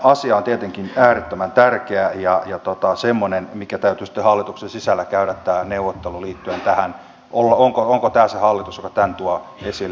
asia on tietenkin äärettömän tärkeä ja semmoinen mistä täytyisi sitten hallituksen sisällä käydä neuvottelu liittyen tähän onko tämä se hallitus joka tämän tuo esille